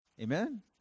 Amen